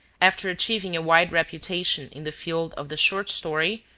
after achieving a wide reputation in the field of the short story,